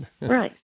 Right